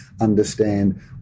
understand